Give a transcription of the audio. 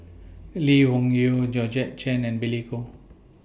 Lee Wung Yew Georgette Chen and Billy Koh